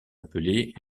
appelés